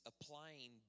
applying